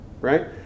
right